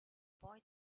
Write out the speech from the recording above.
boy